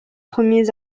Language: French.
premiers